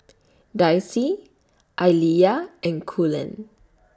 Dicy Aaliyah and Cullen